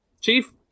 Chief